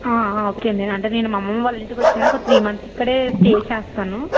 okay అండి నేను మా అమ్మమ్మ వాళ్ళ ఇంటికి వచ్చాను ఒక త్రీ మంత్స్ ఇక్కడే స్టే చేస్తాను